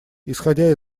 исходя